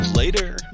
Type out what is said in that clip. Later